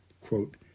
quote